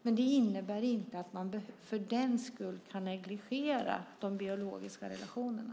Men det innebär inte att man för den skull kan negligera de biologiska relationerna.